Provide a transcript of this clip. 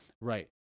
Right